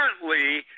currently